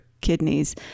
kidneys